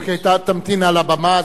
אוקיי, תמתין על הבמה.